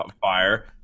fire